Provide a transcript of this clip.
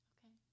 Okay